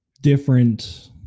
different